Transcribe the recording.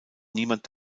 niemand